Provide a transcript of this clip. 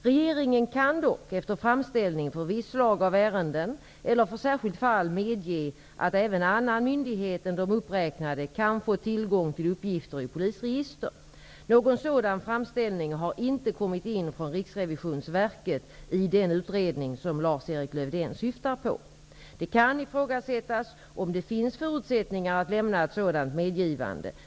Regeringen kan dock efter framställning för visst slag av ärenden eller för särskilt fall medge att även annan myndighet än de uppräknade kan få tillgång till uppgifter i polisregister. Någon sådan framställning har inte kommit in från Riksrevisionsverket i den utredning som Lars-Erik Lövdén syftar på. Det kan ifrågasättas om det finns förutsättningar att lämna ett sådant medgivande.